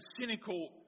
cynical